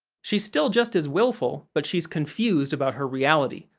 she's still just as willful, but she's confused about her reality,